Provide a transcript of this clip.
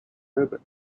herbert